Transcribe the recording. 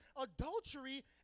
adultery